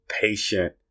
patient